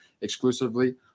exclusively